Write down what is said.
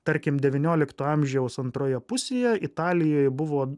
tarkim devyniolikto amžiaus antroje pusėje italijoje buvo